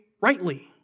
rightly